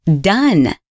done